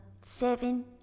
seven